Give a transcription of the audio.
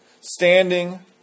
standing